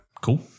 Cool